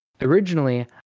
Originally